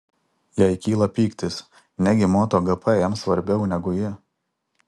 jai kyla pyktis negi moto gp jam svarbiau negu ji